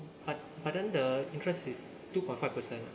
but but then the interest is two point five percent